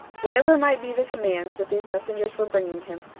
whatever might be the commands that these messengers were bringing him,